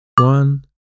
One